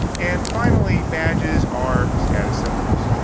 and finally, badges are status symbols.